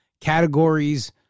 categories